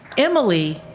emily,